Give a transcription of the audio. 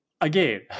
again